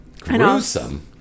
Gruesome